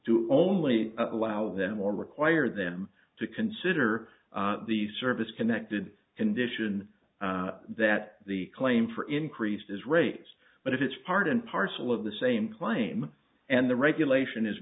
to only allow them or require them to consider the service connected condition that the claim for increases rates but if it's part and parcel of the same claim and the regulation is